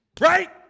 right